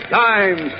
time